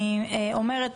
ואני אומרת,